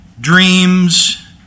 dreams